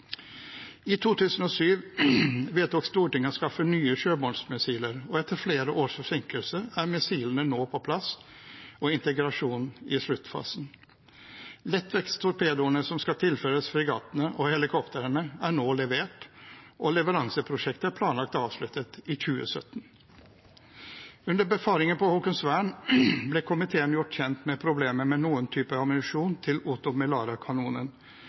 I 2007 vedtok Stortinget å anskaffe nye sjømålsmissiler, og etter flere års forsinkelser er missilene nå på plass og integrasjonen i sluttfasen. Lettvektstorpedoene som skal tilføres fregattene og helikoptrene, er nå levert, og leveranseprosjektet er planlagt avsluttet i 2017. Under befaringen på Haakonsvern ble komiteen gjort kjent med problemer med noen typer ammunisjon til OTO